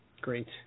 Great